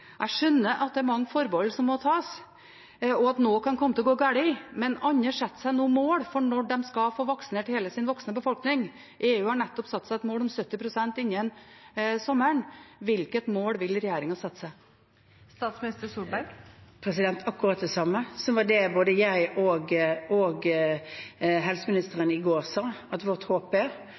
Jeg skjønner at det er mange forbehold som tas, og at noe kan komme til å gå galt, men andre setter seg noen mål for når de skal få vaksinert hele sin voksne befolkning. EU har nettopp satt seg et mål om 70 pst. innen sommeren. Hvilket mål vil regjeringen sette seg? Akkurat det samme, og som er det både jeg og helseministeren sa i går at vårt håp er